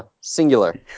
Singular